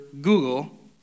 Google